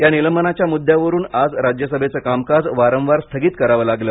या निलंबनाच्या मुद्यावरून आज राज्यसभेचं कामकाज वारंवार स्थगित करावं लागलं